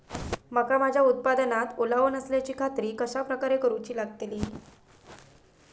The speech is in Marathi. मका माझ्या उत्पादनात ओलावो नसल्याची खात्री कसा करुची लागतली?